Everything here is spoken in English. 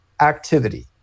activity